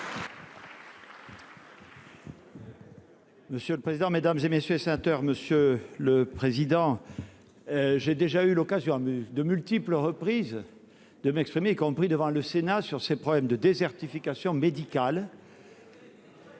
Monsieur le président, mesdames et messieurs les sénateurs, monsieur le président Kanner, j'ai déjà eu l'occasion à de multiples reprises de m'exprimer, y compris devant le Sénat, sur le problème de la désertification médicale,